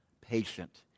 patient